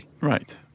Right